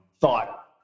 thought